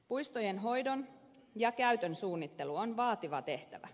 puistojen hoidon ja käytön suunnittelu on vaativa tehtävä